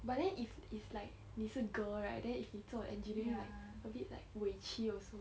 but then if it's like 你是 girl right then if 你做 engineering right a bit like 委屈 also